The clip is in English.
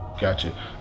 Gotcha